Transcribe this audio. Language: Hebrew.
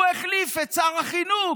הוא החליף את שר החינוך,